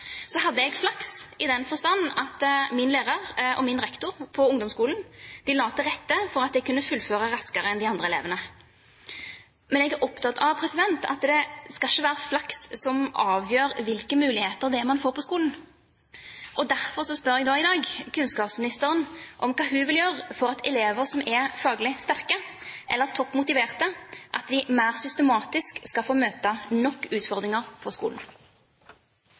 Så hadde jeg flaks i den forstand at min lærer og min rektor på ungdomsskolen la til rette for at jeg kunne fullføre raskere enn de andre elevene. Men jeg er opptatt av at det ikke skal være flaks som avgjør hvilke muligheter man får på skolen. Derfor spør jeg nå i dag kunnskapsministeren hva hun vil gjøre for at elever som er faglig sterke eller toppmotiverte, mer systematisk skal få møte nok utfordringer på skolen.